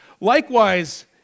Likewise